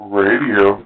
radio